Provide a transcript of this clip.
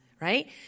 right